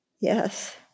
Yes